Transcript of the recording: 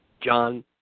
John